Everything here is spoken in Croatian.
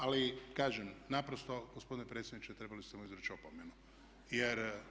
Ali kažem naprosto gospodine predsjedniče trebali ste mu izreći opomenu. … [[Upadica se ne razumije.]] Kolega